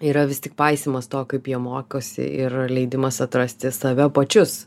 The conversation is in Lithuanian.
yra vis tik paisymas to kaip jie mokosi ir leidimas atrasti save pačius